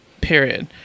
period